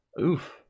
Oof